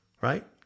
right